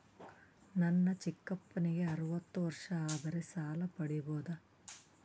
ನನ್ನ ಚಿಕ್ಕಪ್ಪನಿಗೆ ಅರವತ್ತು ವರ್ಷ ಆದರೆ ಸಾಲ ಪಡಿಬೋದ?